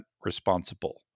responsible